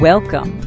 Welcome